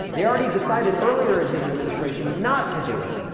they already decided earlier in his administration not to do it,